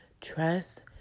trust